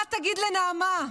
מה תגיד לנעמה?